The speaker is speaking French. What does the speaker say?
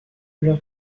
leur